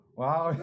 wow